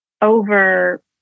over